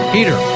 Peter